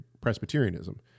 Presbyterianism